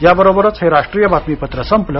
याबरोबरच हे राष्ट्रीय बातमीपत्र संपलं